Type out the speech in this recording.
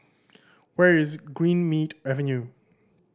where is Greenmead Avenue